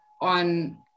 on